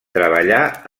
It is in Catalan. treballà